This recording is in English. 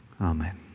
Amen